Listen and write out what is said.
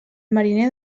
mariner